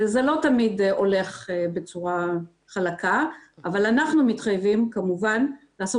זה לא תמיד הולך בצורה חלקה אבל אנחנו מתחייבים כמובן לעשות